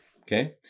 Okay